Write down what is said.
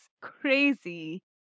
crazy